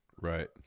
right